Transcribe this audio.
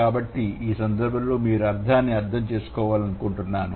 కాబట్టి ఈ సందర్భంలో మీరు అర్థాన్ని అర్థం చేసుకోవాలనుకుంటున్నాను